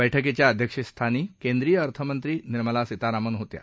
बैठकीच्या अध्यक्षस्थानी केंद्रीय अर्थमंत्री निर्मला सीतारामन होत्या